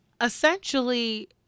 essentially